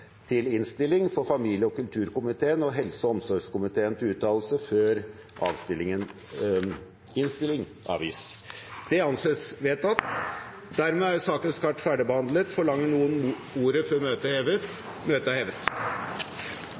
til innstillingen. I sak nr. 4 foreligger det ikke noe voteringstema. Dermed er dagens kart ferdigbehandlet. Forlanger noen ordet før møtet heves? – Møtet er hevet.